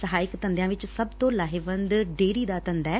ਸਹਾਇਕ ਧੰਦਿਆਂ ਵਿੱਚ ਸਭ ਤੋ ਵੱਧ ਲਾਹੇਵੰਦ ਡੇਅਰੀ ਦਾ ਧੰਦਾ ਐ